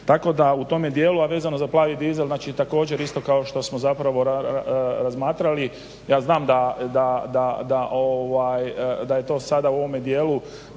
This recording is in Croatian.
Tako da u tom dijelu, a vezano za plavi dizel znači također isto kao što smo razmatrali, ja znam da je to sada u ovome dijelu